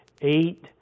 eight